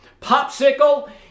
popsicle